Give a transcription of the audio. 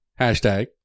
hashtag